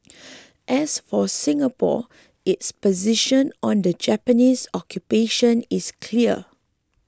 as for Singapore its position on the Japanese occupation is clear